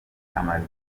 amaze